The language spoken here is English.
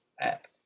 app